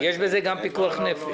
יש בזה גם פיקוח נפש.